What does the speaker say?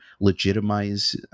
legitimize